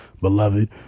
beloved